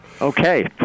Okay